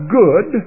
good